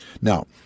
Now